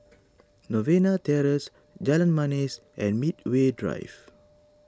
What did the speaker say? Novena Terrace Jalan Manis and Medway Drive